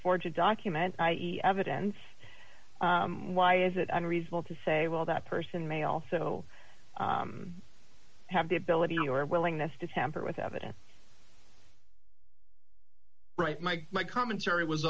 it to document i e evidence why is it unreasonable to say well that person may also have the ability or willingness to tamper with evidence right my my commentary was